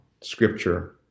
scripture